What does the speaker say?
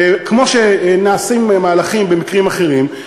כמו שנעשים מהלכים במקרים אחרים,